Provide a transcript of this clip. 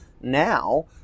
Now